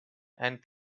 and